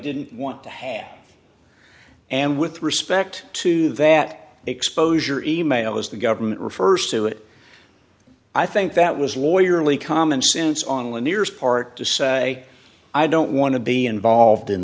didn't want to have and with respect to that exposure email was the government refers to it i think that was lawyer only common sense on lanier's part to say i don't want to be involved in